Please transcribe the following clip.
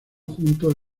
juntos